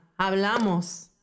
Hablamos